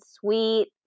sweet